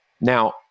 Now